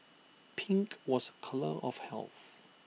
pink was A colour of health